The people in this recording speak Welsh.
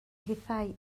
hithau